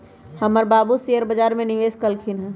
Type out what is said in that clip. हमर बाबू शेयर बजार में निवेश कलखिन्ह ह